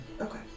Okay